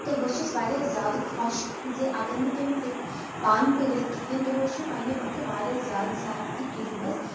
تہٕ بہٕ چھٮ۪س واریاہ زیادٕ خۄش زِ اگر نہٕ تِم ہیٚک پانہٕ پٔرِتھ کِہیٖنۍ تِمو چھَ پنٛنہِ وقتہٕ واریاہ زیادٕ زیادتی تُجمَژٕ